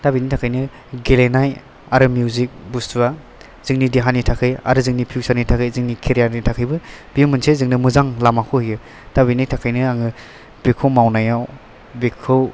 दा बिनि थाखायनो गेलेनाय आरो मिउजिक बुस्तुवा जोंनि देहानि थाखै आरो जोंनि फिउचारनि थाखाय जोंनि केरियारनि थाखायबो बियो मोनसे जोंनो मोजां लामाखौ होयो दा बिनि थाखायनो आङो बेखौ मावनायाव बेखौ